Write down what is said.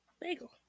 Bagel